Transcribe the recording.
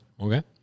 Okay